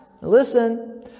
listen